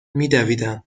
میدویدم